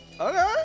Okay